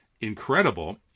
incredible